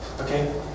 Okay